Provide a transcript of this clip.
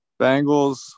Bengals